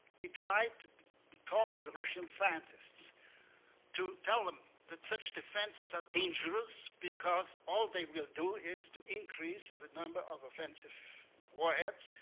we tried to talk with the russian scientists to tell them that such defenses are dangerous, because all they will do is to increase the number of offensive warheads,